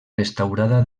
restaurada